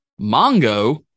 Mongo